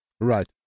Right